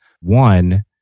One